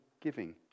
giving